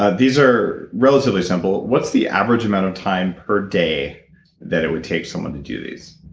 ah these are relatively simple what's the average amount of time per day that it would take someone to do these?